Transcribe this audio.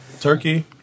Turkey